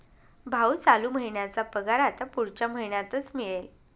भाऊ, चालू महिन्याचा पगार आता पुढच्या महिन्यातच मिळेल